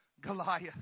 Goliath